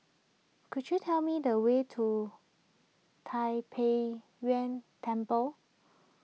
could you tell me the way to Tai Pei Yuen Temple